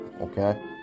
okay